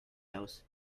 house